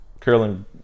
Carolyn